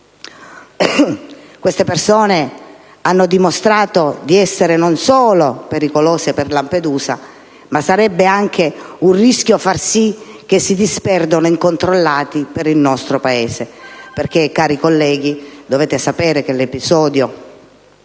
queste persone hanno dimostrato di essere pericolose per Lampedusa, ma sarebbe anche un rischio far sì che si disperdano incontrollate per il nostro Paese. Cari colleghi, dovete sapere che l'episodio